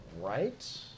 right